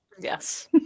Yes